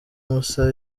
moussa